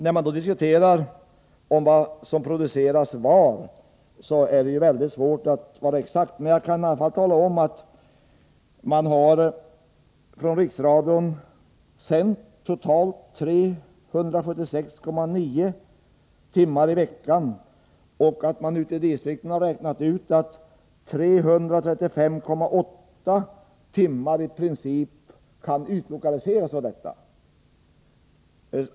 När man diskuterar vad som produceras var, är det svårt att vara exakt, men jag kan i alla fall tala om att Riksradion har sänt totalt 376,9 timmar i veckan och att man ute i distrikten har räknat ut att 335,8 timmar av detta i princip kan utlokaliseras.